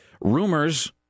rumors